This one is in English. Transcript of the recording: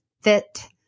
fit